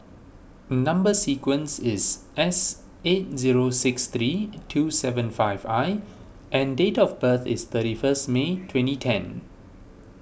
Number Sequence is S eight zero six three two seven five I and date of birth is thirty first May twenty ten